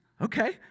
Okay